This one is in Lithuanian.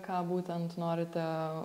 ką būtent norite